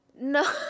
No